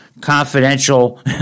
confidential